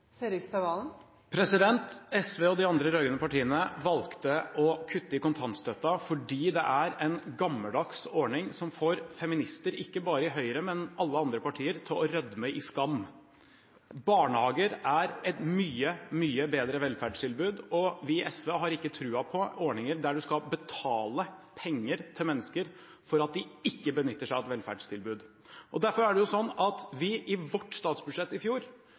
SV og de andre rød-grønne partiene valgte å kutte i kontantstøtten fordi det er en gammeldags ordning som får feminister ikke bare i Høyre, men i alle andre partier, til å rødme i skam. Barnehager er et mye, mye bedre velferdstilbud, og vi i SV har ikke troen på ordninger der en skal betale penger til mennesker for at de ikke benytter seg av et velferdstilbud. Derfor er det slik at vi i vårt statsbudsjett i fjor